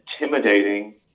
intimidating